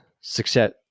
Success